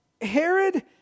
Herod